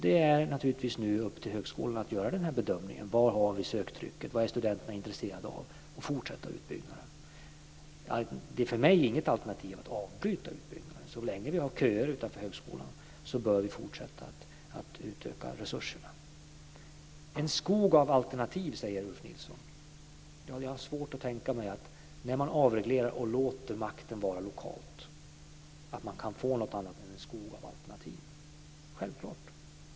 Det är naturligtvis nu upp till högskolorna att göra bedömningen vad söktrycket är, vad studenterna är intresserade av och fortsätta utbyggnaden. Det är för mig inget alternativ att avbryta utbyggnaden. Så länge vi har köer till högskolor bör vi fortsätta att utöka resurserna. En skog av alternativ, säger Ulf Nilsson. Jag har svårt att tänka mig, när man avreglerar och låter makten vara lokal, att man kan få något annat än en skog av alternativ - självklart.